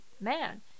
man